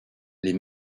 les